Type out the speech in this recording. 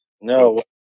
No